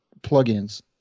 plugins